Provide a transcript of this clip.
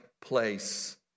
place